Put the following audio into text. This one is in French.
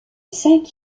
cinq